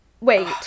Wait